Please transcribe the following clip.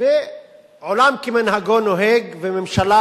עולם כמנהגו נוהג, וממשלה